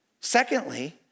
Secondly